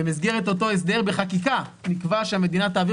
במסגרת אותו הסדר בחקיקה נקבע שהמדינה תעביר